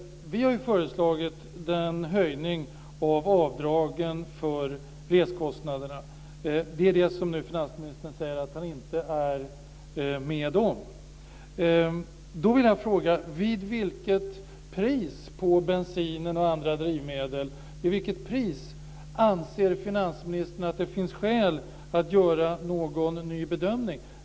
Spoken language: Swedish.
Vi har föreslagit en höjning av avdragen för reskostnader. Det är det som finansministern nu säger att han inte är med på. Då vill jag fråga: Vid vilket pris på bensin och andra drivmedel anser finansministern att det finns skäl att göra en ny bedömning?